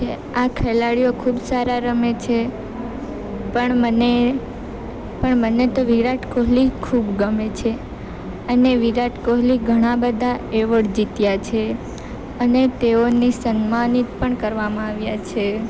આ ખેલાડીઓ ખૂબ સારા રમે છે પણ મને પણ મને તો વિરાટ કોહલી ખૂબ ગમે છે અને વિરાટ કોહલી ઘણાં બધાં એવોર્ડ જીત્યા છે અને તેઓને સન્માનીત પણ કરવામાં આવ્યા છે